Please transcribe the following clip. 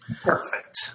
Perfect